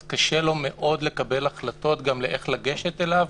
אז קשה לו מאוד לקבל החלטות גם לאיך לגשת אליו,